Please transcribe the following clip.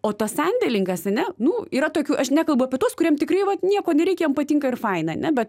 o tas sandėlinkas ane nu yra tokių aš nekalbu apie tuos kuriem tikrai vat nieko nereikia jiem patinka ir faina ane